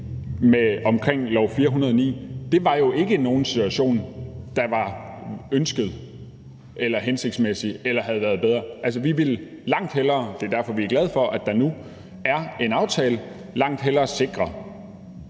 os, omkring lov nr. 409, var jo ikke en situation, der var ønsket eller var hensigtsmæssig eller var bedre. Altså, vi ville langt hellere – og det er derfor, vi er glade for, at der nu er en aftale – sikre,